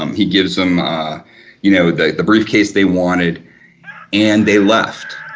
um he gives them you know the the briefcase they wanted and they left,